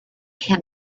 can